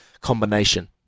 combination